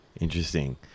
interesting